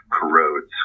corrodes